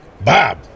Bob